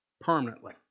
permanently